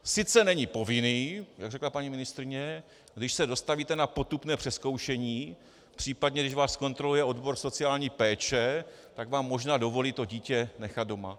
Sice není povinný, jak řekla paní ministryně, když se dostavíte na potupné přezkoušení, případně když vás kontroluje odbor sociální péče, tak vám možná dovolí to dítě nechat doma.